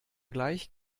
gleich